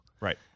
Right